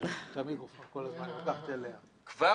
כבר